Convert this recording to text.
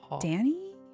Danny